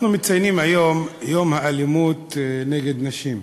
אנחנו מציינים היום את יום המאבק באלימות נגד נשים.